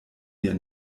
wir